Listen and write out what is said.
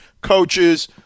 coaches